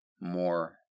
more